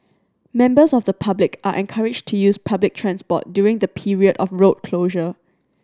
members of the public are encouraged to use public transport during the period of road closure